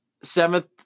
seventh